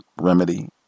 remedy